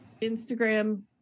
instagram